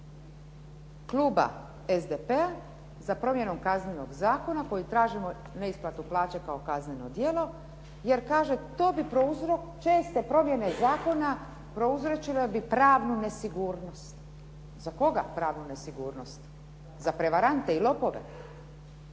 kluba SDP-a za promjenom Kaznenog zakona koji tražimo neisplatu plaće kao kazneno djelo, jer kaže česte promjene zakona prouzročile bi pravnu nesigurnost. Za koga pravnu nesigurnost? Za prevarante i lopove,